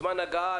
זמן הגעה,